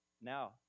Now